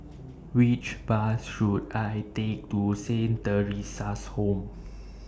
Which Bus should I Take to Saint Theresa's Home